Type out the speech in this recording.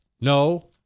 No